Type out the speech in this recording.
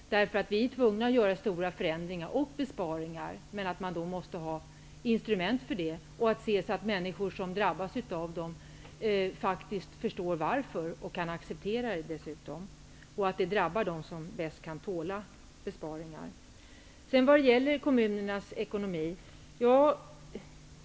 Vi är tvungna att genomföra stora förändringar och besparingar, men man måste ha instrument för det. Man måste se till att människor som drabbas förstår varför och kan acceptera det. Det skall drabba dem som bäst kan tåla besparingar.